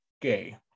gay